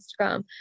Instagram